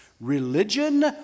religion